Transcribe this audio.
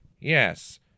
Yes